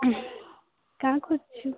କାଣା କରୁଛୁ